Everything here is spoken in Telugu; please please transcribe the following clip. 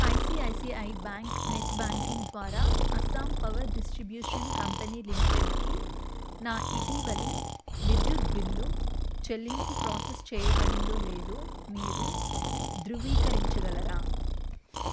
I C I C I bank net banking ద్వారా అస్సాం పవర్ డిస్ట్రిబ్యూషన్ కంపెనీ లిమిటెడ్కి నా ఇటీవలి విద్యుత్ బిల్లు చెల్లింపు ప్రోసెస్ చేయబడిందో లేదో మీరు ధృవీకరించగలరా